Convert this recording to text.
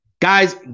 Guys